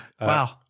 Wow